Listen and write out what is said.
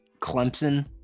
Clemson